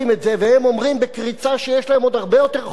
והם אומרים בקריצה שיש להם עוד הרבה יותר חומר,